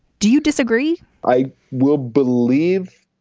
do you disagree i will believe